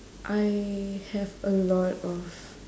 I have a lot of